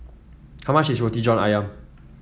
how much is Roti John ayam